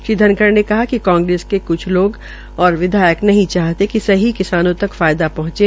श्री धनखड़ ने कहा कि कांग्रेस के लोग और विधायक नहीं चाहते कि सही किसानों तक फायदा पहंचे